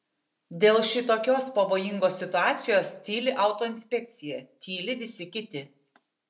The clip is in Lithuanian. dėl šitokios pavojingos situacijos tyli autoinspekcija tyli visi kiti